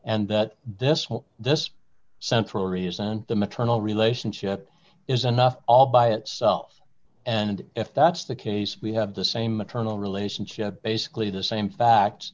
and that this will just central reason the maternal relationship is enough all by itself and if that's the case we have the same maternal relationship basically the same fact